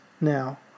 now